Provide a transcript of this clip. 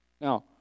Now